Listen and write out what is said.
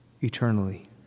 eternally